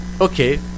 okay